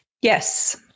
Yes